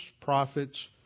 prophets